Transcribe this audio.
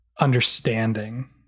understanding